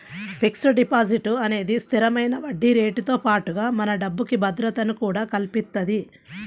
fixed deposit అనేది స్థిరమైన వడ్డీరేటుతో పాటుగా మన డబ్బుకి భద్రతను కూడా కల్పిత్తది